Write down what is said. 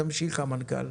תמשיך, המנכ"ל.